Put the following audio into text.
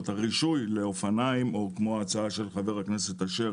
הרישוי לאופניים או כמו ההצעה של חבר הכנסת אשר